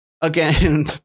again